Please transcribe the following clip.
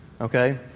okay